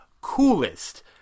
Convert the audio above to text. coolest